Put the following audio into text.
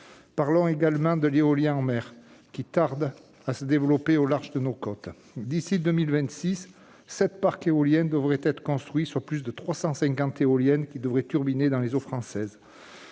Parlons également de l'éolien en mer, qui tarde à se développer au large de nos côtes. D'ici à 2026, 7 parcs éoliens devraient être construits. Ainsi, plus de 350 éoliennes devraient turbiner dans les eaux françaises.